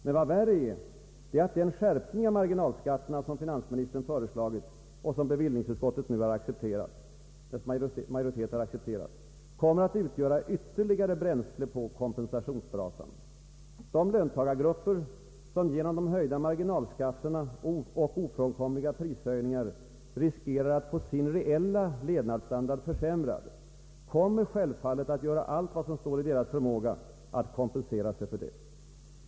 Men vad värre är är att den skärpning av marginalskatterna som finansministern föreslagit och som bevillningsutskottets majoritet nu har accepterat kommer att utgöra ytterligare bränsle på kompensationsbrasan. De löntagargrupper som genom de höjda marginalskatterna och ofrånkomliga prishöjningar riskerar att få sin reella levnadsstandard försämrad kommer självfallet att göra allt vad som står i deras förmåga för att kompensera sig därför.